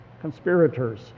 conspirators